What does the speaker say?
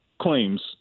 claims